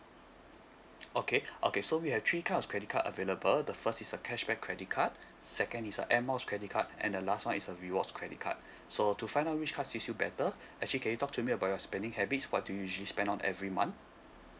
okay okay so we have three types of credit card available the first is a cashback credit card second is a air miles credit card and the last one is a rewards credit card so to find out which cards suits you better actually can you talk to me about your spending habits what do you usually spend on every month